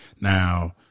Now